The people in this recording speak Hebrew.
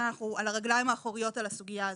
אנחנו על הרגליים האחוריות על הסוגיה הזו.